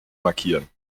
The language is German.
markieren